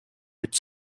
with